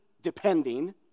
depending